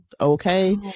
okay